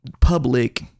public